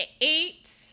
eight